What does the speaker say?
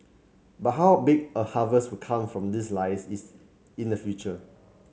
but how big a harvest will come from this lies is in the future